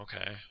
Okay